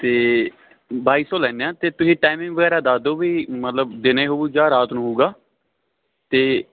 ਅਤੇ ਬਾਈ ਸੌ ਲੈਂਦੇ ਹਾਂ ਅਤੇ ਤੁਸੀਂ ਟਾਈਮਿੰਗ ਵਗੈਰਾ ਦੱਸ ਦਿਓ ਵੀ ਮਤਲਬ ਦਿਨੇ ਹੋਊ ਜਾਂ ਰਾਤ ਨੂੰ ਹੋਊਗਾ ਅਤੇ